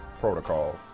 protocols